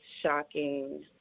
shocking